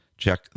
Check